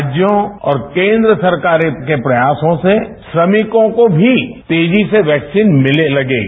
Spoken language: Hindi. राज्यों और केन्द्र सरकारों के प्रयासों से श्रमिकों को भी तेजी से वैक्सीन मिलने लगेगी